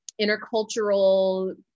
intercultural